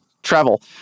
Travel